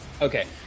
Okay